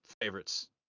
favorites